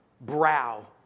brow